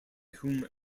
whom